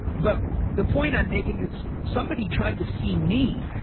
but the point i'm making is somebody trying to see me